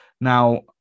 Now